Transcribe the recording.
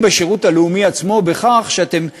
בשירות הלאומי עצמו בכך שאתם יוצרים,